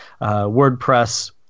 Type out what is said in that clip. WordPress